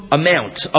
amount